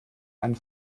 einen